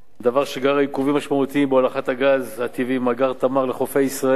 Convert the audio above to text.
דבר שגרר עיכובים משמעותיים בהולכת הגז הטבעי ממאגר "תמר" לחופי ישראל.